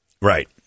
Right